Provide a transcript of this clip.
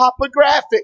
topographic